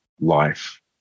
life